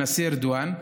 הנשיא ארדואן,